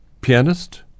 pianist